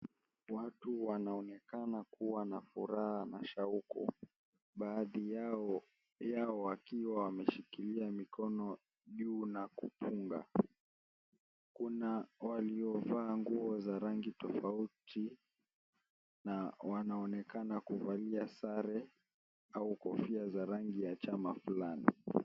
Watu wanaonekana kuwa na furaha na shauku baadhi yao wakiwa wameshikilia mikono juu na kuimba, kuna waliovaa nguo za rangi tofauti na wanaonekana kuvalia sare au kofia za rangi ya chama fulani.